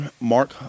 mark